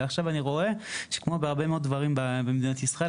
ועכשיו אני רואה שכמו בהרבה מאוד דברים במדינת ישראל,